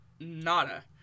nada